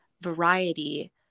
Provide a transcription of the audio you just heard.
variety